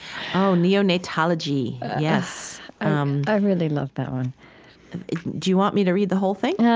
oh, neonatology, yes um i really love that one do you want me to read the whole thing? yeah